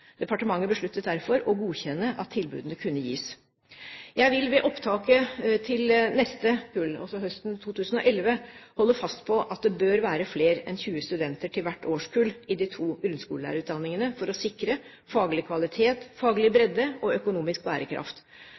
Departementet besluttet derfor å godkjenne at tilbudene kunne gis. Jeg vil ved opptaket til neste kull, altså høsten 2011, holde fast på at det bør være flere enn 20 studenter til hvert årskull i de to grunnskolelærerutdanningene for å sikre faglig kvalitet, faglig bredde og økonomisk bærekraft.